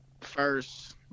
first